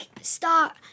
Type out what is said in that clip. start